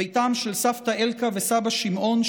ביתם של סבתא אלקה וסבא שמעון,